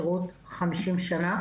לנותני שירות לבני הגיל השלישי,